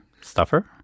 stuffer